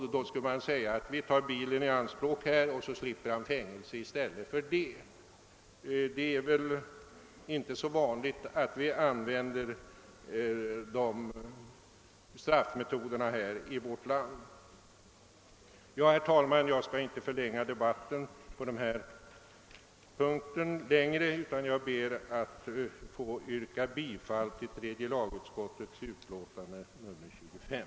Man skulle alltså säga: »Vi tar bilen i anspråk, och så slipper denna person fängelse.» Det är väl inte vanligt att sådana straffmetoder används i vårt land. Herr talman! Jag skall inte förlänga debatten, utan ber att få yrka bifall till tredje lagutskottets hemställan i utlåtande nr 25.